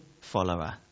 follower